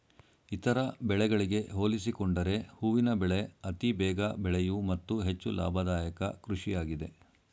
ಇತರ ಬೆಳೆಗಳಿಗೆ ಹೋಲಿಸಿಕೊಂಡರೆ ಹೂವಿನ ಬೆಳೆ ಅತಿ ಬೇಗ ಬೆಳೆಯೂ ಮತ್ತು ಹೆಚ್ಚು ಲಾಭದಾಯಕ ಕೃಷಿಯಾಗಿದೆ